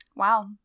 Wow